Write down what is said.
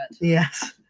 Yes